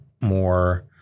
more